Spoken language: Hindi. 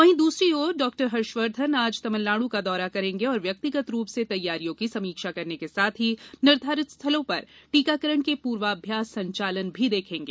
वहीं दूसरी ओर डॉक्टर हर्षवर्धन आज तमिलनाडु का दौरा करेंगे और व्यक्तिगत रूप से तैयारियों की समीक्षा करने के साथ ही निर्धारित स्थलों पर टीकाकरण के पूर्वाभ्यास संचालन भी देखेंगे